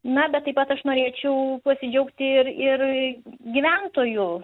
na bet taip pat aš norėčiau pasidžiaugti ir ir gyventojų